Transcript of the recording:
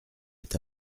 est